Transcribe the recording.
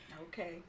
Okay